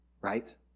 Right